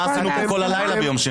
מה עשינו כאן כל הלילה ביום שני?